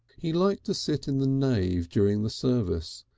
he liked to sit in the nave during the service,